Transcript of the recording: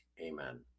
Amen